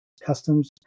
customs